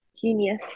Genius